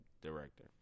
director